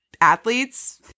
athletes